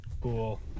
Cool